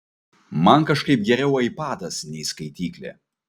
man kažkaip geriau aipadas nei skaityklė